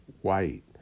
white